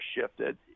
shifted